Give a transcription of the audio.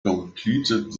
completed